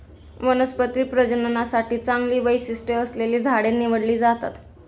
वनस्पती प्रजननासाठी चांगली वैशिष्ट्ये असलेली झाडे निवडली जातात